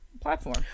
platform